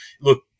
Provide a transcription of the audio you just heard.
look